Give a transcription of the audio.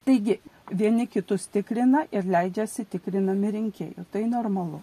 taigi vieni kitus tikrina ir leidžiasi tikrinami rinkėjų tai normalu